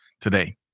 today